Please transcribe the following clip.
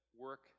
work